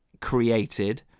created